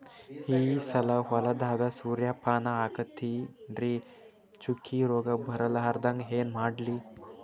ಈ ಸಲ ಹೊಲದಾಗ ಸೂರ್ಯಪಾನ ಹಾಕತಿನರಿ, ಚುಕ್ಕಿ ರೋಗ ಬರಲಾರದಂಗ ಏನ ಮಾಡ್ಲಿ?